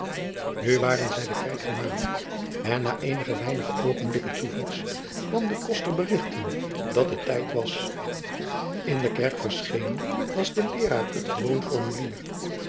u waren zij de kerk genaderd en na eenige weinige oogenblikken toevens kwam de koster berigten dat het tijd was n de kerk verschenen las de eeraar het gewoon formulier